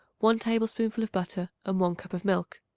one tablespoonful of butter and one cup of milk.